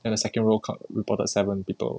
then the second row come reported seven people